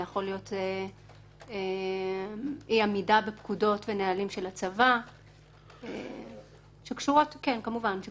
זה יכול להיות אי עמידה בפקודות ונהלים של הצבא בכל מה שקשור לרכב.